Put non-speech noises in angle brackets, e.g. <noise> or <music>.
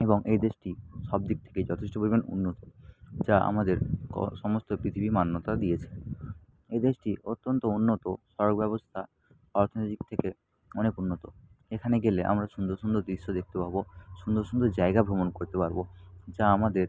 এবং এই দেশটি সব দিক থেকে যথেষ্ট পরিমাণ উন্নত যা আমাদের <unintelligible> সমস্ত পৃথিবী মান্যতা দিয়েছে এই দেশটি অত্যন্ত উন্নত সড়ক ব্যবস্থা অর্থনৈতিক থেকে অনেক উন্নত এখানে গেলে আমরা সুন্দর সুন্দর দৃশ্য দেখতে পাব সুন্দর সুন্দর জায়গা ভ্রমণ করতে পারব যা আমাদের